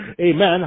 Amen